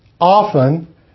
Often